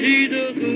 Jesus